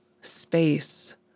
space